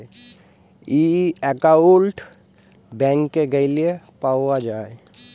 ই account ব্যাংকে গ্যালে পাউয়া যায়